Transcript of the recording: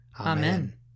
Amen